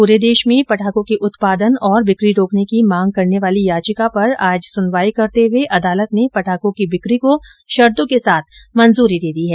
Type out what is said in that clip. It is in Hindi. पूरे देश में पटाखों के उत्पादन और बिकी रोकने की मांग करने वाली याचिका पर आज सुनवाई करते हुए अदालत ने पटाखों की बिकी को शर्तो के साथ मंजूरी दे दी हैं